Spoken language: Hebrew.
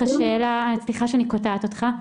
סליחה שאני קוטעת אותך,